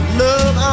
love